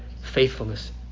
faithfulness